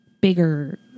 bigger